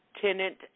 tenant